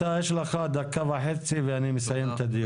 יש לך דקה וחצי ואני מסיים את הדיון.